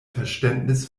verständnis